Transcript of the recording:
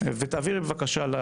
ותעבירי בבקשה גם